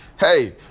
Hey